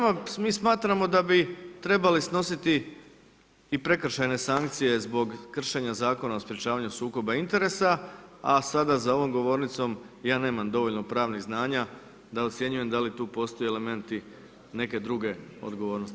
Mi smatramo da bi trebali snositi i prekršajne sankcije zbog kršenja Zakona o sprečavanju sukoba interesa a sada za ovom govornicom ja nemam dovoljno pravnih znanja da ocjenjujem da li tu postoji elementi neke druge odgovornosti.